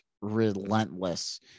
relentless